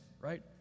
right